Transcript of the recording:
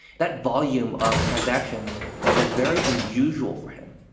that volume of transactions was very unusual for him.